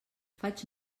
faig